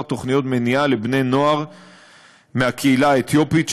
תוכניות מניעה לבני-נוער מהקהילה האתיופית,